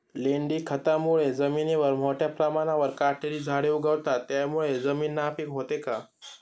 लेंडी खतामुळे जमिनीवर मोठ्या प्रमाणावर काटेरी झाडे उगवतात, त्यामुळे जमीन नापीक होते का?